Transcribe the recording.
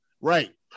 Right